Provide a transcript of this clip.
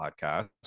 podcast